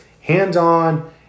hands-on